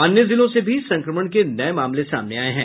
अन्य जिलों से भी संक्रमण के नये मामले सामने आये हैं